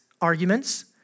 arguments